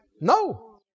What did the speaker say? No